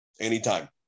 anytime